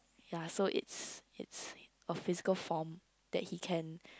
ya so is is a physical form that he can